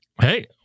Hey